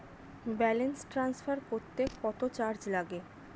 Balance transfer করতে কত charge লাগে?